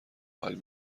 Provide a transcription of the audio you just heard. حال